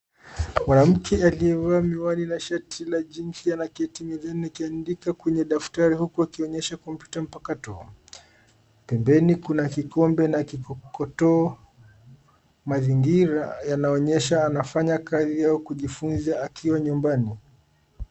Mwanamke aliyavaa miwani na shati la jeans anaketi mezani akiandika kwenye daftari huku akionyesha kompyuta mpakato. Pembeni kuna kikombe na kikokotoo. Mazingira yanaonyesha anafanya kazi au kujifunza akiwa nyumbani.